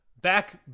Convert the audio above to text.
back